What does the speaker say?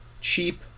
cheap